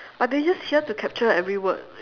but they use here to capture every word